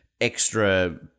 extra